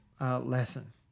lesson